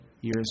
years